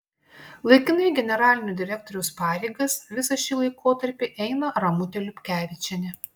laikinai generalinio direktoriaus pareigas visą šį laikotarpį eina ramutė liupkevičienė